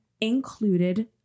included